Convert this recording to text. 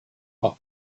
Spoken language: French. par